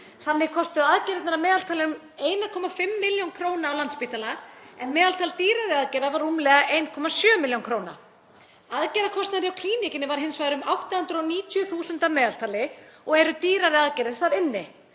Þannig kostuðu aðgerðirnar að meðaltali um 1,5 millj. kr. á Landspítala en meðaltal dýrari aðgerða var rúmlega 1,7 millj. kr. Aðgerðakostnaður hjá Klíníkinni var hins vegar um 890.000 kr. að meðaltali og eru dýrari aðgerðir þar inni.